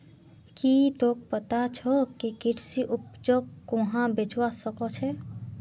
की तोक पता छोक के कृषि उपजक कुहाँ बेचवा स ख छ